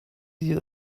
you